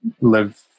live